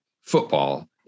football